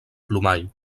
plomall